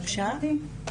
כפי שאתם יודעים,